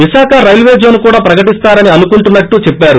Visakha railway zone కూడా ప్రకటిస్తారని అనుకుంటున్నట్టు చెప్పారు